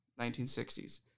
1960s